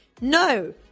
No